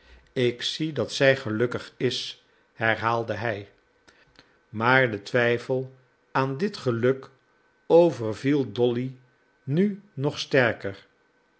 ik zie dat zij gelukkig is herhaalde hij maar de twijfel aan dit geluk overviel dolly nu nog sterker